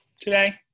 today